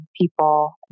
people